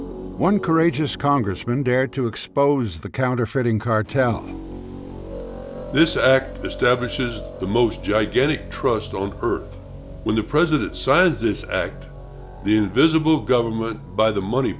one courageous congressman dared to expose the counterfeiting cartel this act establishes the most gigantic trust on earth when the president signs this act the invisible government by the money